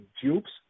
tubes